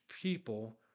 people